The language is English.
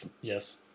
Yes